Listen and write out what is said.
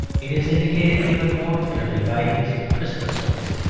it is indicated even more clearly by these christmas stories,